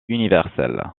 universel